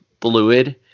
fluid